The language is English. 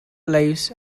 lives